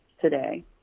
today